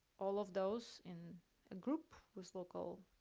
all of those in a group with local,